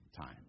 time